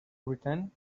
return